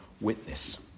witness